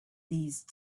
these